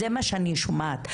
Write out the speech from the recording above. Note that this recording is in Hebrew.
זה מה שאני שומעת.